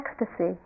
ecstasy